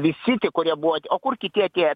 visi tie kurie buvo o kur kiti atėję